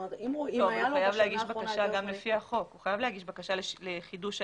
גם לפי החוק הוא חייב להגיש בקשה לחידוש ההיתר.